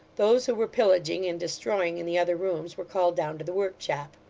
those who were pillaging and destroying in the other rooms were called down to the workshop.